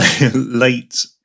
late